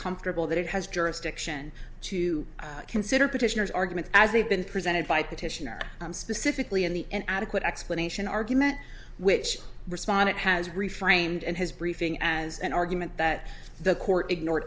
comfortable that it has jurisdiction to consider petitioner's argument as they've been presented by petitioner i'm specifically on the an adequate explanation argument which respondent has reframed and his briefing as an argument that the court ignored